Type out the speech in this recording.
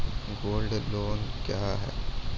Gold loan loan क्या हैं?